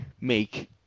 make